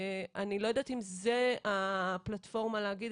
אני לא יודעת אם זו הפלטפורמה להגיד